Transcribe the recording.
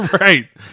Right